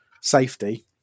safety